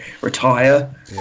retire